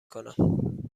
کنم